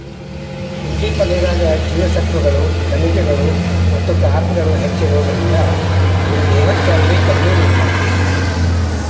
ಪುಂಡಿ ಪಲ್ಲೆದಾಗ ಜೇವಸತ್ವಗಳು, ಖನಿಜಗಳು ಮತ್ತ ಕಾರ್ಬ್ಗಳು ಹೆಚ್ಚಿರೋದ್ರಿಂದ, ಇವು ದೇಹದ ಕ್ಯಾಲೋರಿ ಕಡಿಮಿ ಮಾಡ್ತಾವ